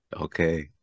Okay